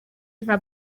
nka